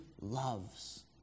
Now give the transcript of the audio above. loves